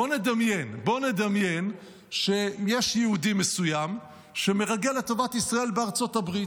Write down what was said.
בואו נדמיין שיש יהודי מסוים שמרגל לטובת ישראל בארצות הברית,